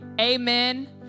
amen